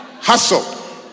hassle